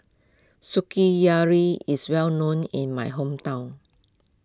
is well known in my hometown